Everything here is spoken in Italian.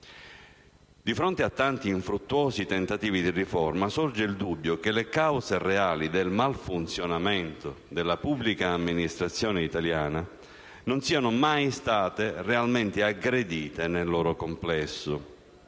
Di fronte a tanti infruttuosi tentativi di riforma, sorge il dubbio che le cause reali del malfunzionamento della pubblica amministrazione italiana non siano mai state realmente aggredite nel loro complesso